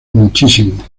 muchísimo